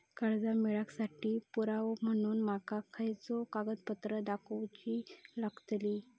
कर्जा मेळाक साठी पुरावो म्हणून माका खयचो कागदपत्र दाखवुची लागतली?